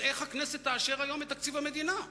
אז איך הכנסת תאשר היום את תקציב המדינה?